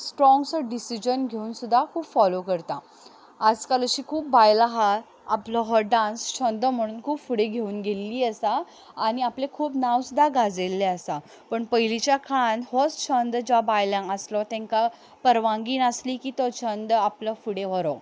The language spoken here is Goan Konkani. स्ट्रोंगसो डिसिजन घेवन सुद्दा खूब फोलो करता आजकाल अशीं खूब बायलां हा आपलो हो डांस छंद म्हणून खूब फुडें घेवन गेल्लीं आसा आनी आपलें खूब नांव सुद्दा गाजयल्लें आसा पण पयलींच्या काळांत होच छंद ज्या बायलांक आसलो तांकां परवानगी नासली की तो छंद आपलो फुडें व्हरूंक